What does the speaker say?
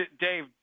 Dave